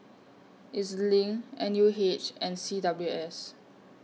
E Z LINK N U H and C W S